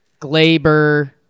Glaber